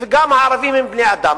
וגם הערבים הם בני-אדם,